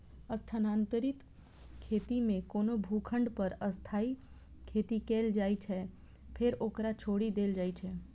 स्थानांतरित खेती मे कोनो भूखंड पर अस्थायी खेती कैल जाइ छै, फेर ओकरा छोड़ि देल जाइ छै